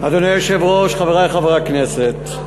אדוני היושב-ראש, חברי חברי הכנסת,